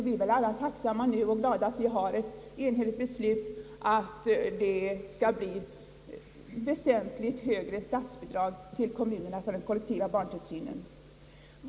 Vi är väl alla tacksamma och glada över att det föreligger ett enhälligt beslut om att det skall utgå ett väsentligt högre statsbidrag till kommunerna för den kollektiva barntillsynen.